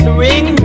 ring